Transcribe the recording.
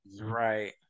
right